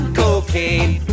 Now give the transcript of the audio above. cocaine